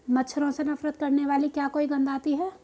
मच्छरों से नफरत करने वाली क्या कोई गंध आती है?